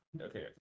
okay